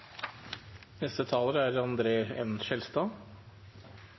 Neste taler er